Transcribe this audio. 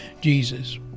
Jesus